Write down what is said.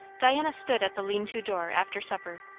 diana stood at the lean-to door after supper,